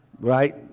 Right